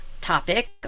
topic